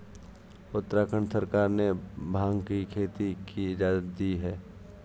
उत्तराखंड सरकार ने भाँग की खेती की इजाजत दी है